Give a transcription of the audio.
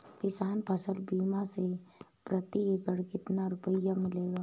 किसान फसल बीमा से प्रति एकड़ कितना रुपया मिलेगा?